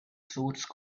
source